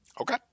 Okay